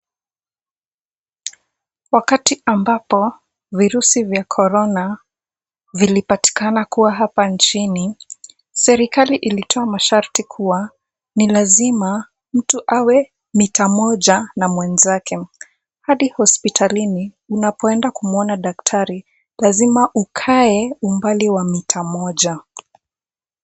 Wakati ambapo virusi vya korona vilipatikana kuwa hapa nchini serikali ilitoa masharti kuwa ni lazima mtu awe mita moja na mwenzake. Hadi hospitalini unapoenda kumwona daktari lazima ukae umbali wa mita moja.